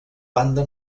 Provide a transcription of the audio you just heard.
banda